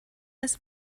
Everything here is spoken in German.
als